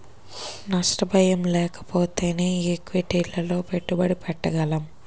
నష్ట భయం లేకపోతేనే ఈక్విటీలలో పెట్టుబడి పెట్టగలం